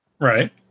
right